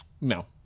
No